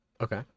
Okay